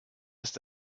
ist